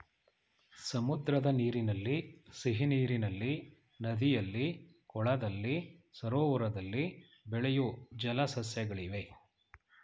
ಸಮುದ್ರದ ನೀರಿನಲ್ಲಿ, ಸಿಹಿನೀರಿನಲ್ಲಿ, ನದಿಯಲ್ಲಿ, ಕೊಳದಲ್ಲಿ, ಸರೋವರದಲ್ಲಿ ಬೆಳೆಯೂ ಜಲ ಸಸ್ಯಗಳಿವೆ